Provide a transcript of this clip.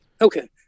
Okay